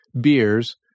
beers